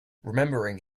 remembering